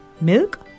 milk